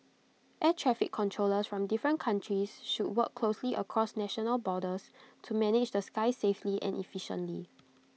air traffic controllers from different countries should work closely across national borders to manage the skies safely and efficiently